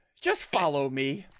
just follow me